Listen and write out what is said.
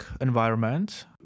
environment